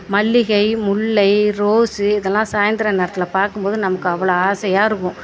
அந்த மல்லிகை முல்லை ரோஸு இதெல்லாம் சாயந்தர நேரத்தில் பார்க்கும் போது நமக்கு அவ்வளோ ஆசையாக இருக்கும்